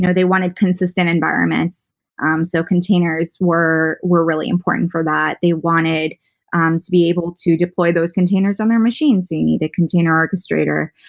you know they wanted consistent environments um so containers were were really important for that. they wanted um to be able to deploy those containers on their machines so you need a container orchestrator.